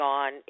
on